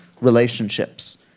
relationships